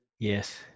Yes